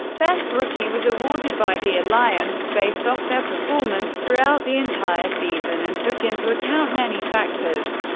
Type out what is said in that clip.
best rookie was awarded by the alliance based off their performance throughout the entire season and took into account many factors.